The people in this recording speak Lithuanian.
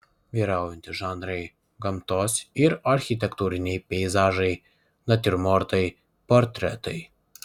vyraujantys žanrai gamtos ir architektūriniai peizažai natiurmortai portretai